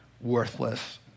worthless